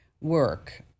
work